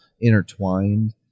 intertwined